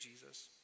Jesus